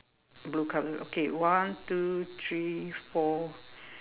blue colour okay one two three four